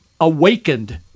awakened